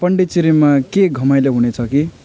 पोन्डिचेरीमा के घमाइलो हुनेछ कि